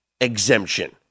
exemption